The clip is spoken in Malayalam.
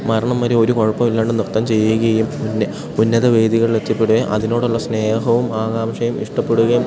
മരണം വരെ ഒരു കുഴപ്പവുമില്ലാണ്ട് നൃത്തം ചെയ്യുകയും ചെയ്യും ഉന്ന ഉന്നത വേദികളിലെത്തിപ്പെടുകയും അതിനോടുള്ള സ്നേഹവും ആകാംക്ഷയും ഇഷ്ടപ്പെടുകയും